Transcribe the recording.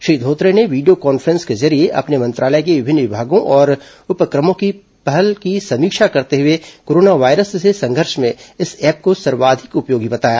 श्री धोत्रे ने video conference के जरिए अपने मंत्रालय के विभिन्न विभागों और उपक्रमों की पहल की समीक्षा करते हुए कोरोना वायरस से संघर्ष में इस ऐप को सर्वाधिक उपयोगी बताया